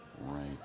Right